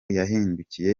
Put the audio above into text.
yahindukiye